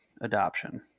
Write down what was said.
adoption